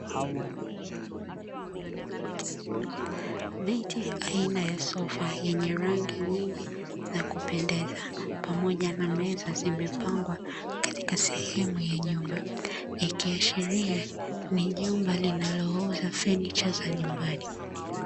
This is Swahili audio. Viti aina ya sofa yenye rangi nyingi za kupendeza pamoja na meza zimepangwa katika sehemu ya nyumba ikiashiria ni jumba linalouza fanicha za nyumbani.